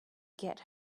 get